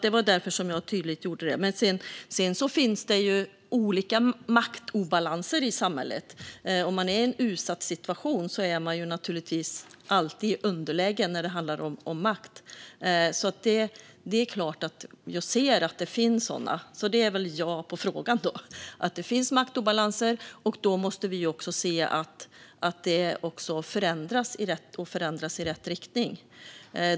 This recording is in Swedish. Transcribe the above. Det var därför jag gjorde det tydligt. Sedan finns det ju olika maktobalanser i samhället. Om man är i en utsatt situation är man naturligtvis alltid i underläge när det handlar om makt, så det är klart att jag ser att det finns sådana. Svaret på frågan är väl alltså ja - det finns maktobalanser. Därför måste vi också se till att detta förändras i rätt riktning.